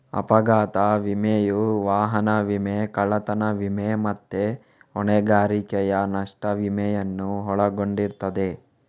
ಅಪಘಾತ ವಿಮೆಯು ವಾಹನ ವಿಮೆ, ಕಳ್ಳತನ ವಿಮೆ ಮತ್ತೆ ಹೊಣೆಗಾರಿಕೆಯ ನಷ್ಟ ವಿಮೆಯನ್ನು ಒಳಗೊಂಡಿರ್ತದೆ